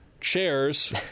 chairs